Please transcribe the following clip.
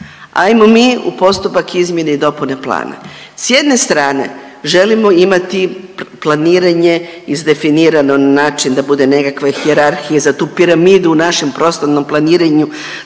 hajmo mi u postupak izmjene i dopune plana. S jedne strane želimo imati planiranje izdefinirano na način da bude nekakve hijerarhije za tu piramidu. U našem prostornom planiranju